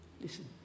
listen